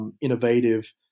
innovative